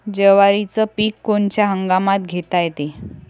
जवारीचं पीक कोनच्या हंगामात घेता येते?